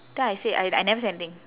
then I say I I never say anything